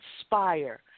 inspire